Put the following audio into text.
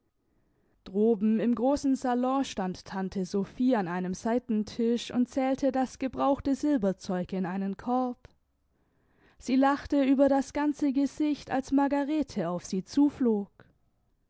droben im großen salon stand tante sophie an einem seitentisch und zählte das gebrauchte silberzeug in einen korb sie lachte über das ganze gesicht als margarete auf sie zuflog